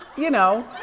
you know,